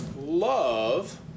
love